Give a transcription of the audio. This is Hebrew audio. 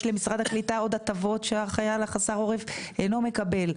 למשרד הקליטה עוד הטבות שהחייל החסר עורף אינו מקבל,